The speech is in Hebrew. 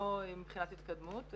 לא מבחינת התקדמות.